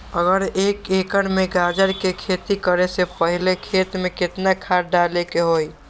अगर एक एकर में गाजर के खेती करे से पहले खेत में केतना खाद्य डाले के होई?